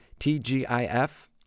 TGIF